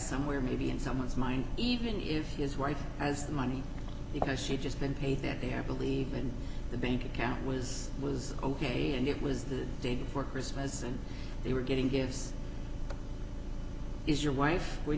somewhere maybe in someone's mind even if his wife has the money because she just been paid that they are believe in the bank account was was ok and it was the day before christmas and they were getting gives is your wife